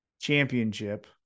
championship